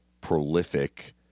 prolific